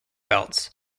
belts